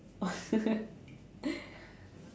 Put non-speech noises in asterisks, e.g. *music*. *laughs*